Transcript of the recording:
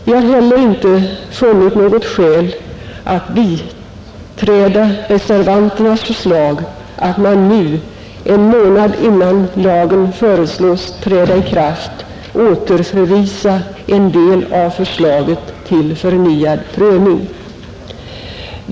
Vi har heller inte funnit något skäl att biträda reservanternas förslag att man nu, en månad innan lagen föreslås träda i kraft, skulle återförvisa en del av förslaget till förnyad prövning.